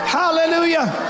hallelujah